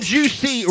Juicy